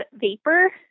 vapor